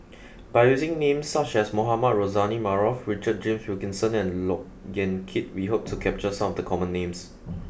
by using names such as Mohamed Rozani Maarof Richard James Wilkinson and Look Yan Kit we hope to capture some of the common names